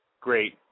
great